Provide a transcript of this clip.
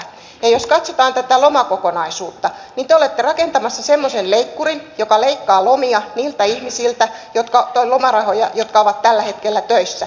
ja jos katsotaan tätä lomakokonaisuutta niin te olette rakentamassa semmoisen leikkurin joka leikkaa lomia tai lomarahoja niiltä ihmisiltä jotka ovat tällä hetkellä töissä